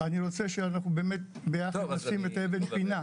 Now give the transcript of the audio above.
אני רוצה שאנחנו באמת ביחד נשים את אבן הפינה,